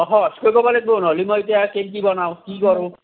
অঁ নহলি এতিয়া মই কেনেকৈ বনাওঁ কি কৰোঁ